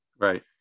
Right